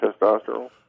testosterone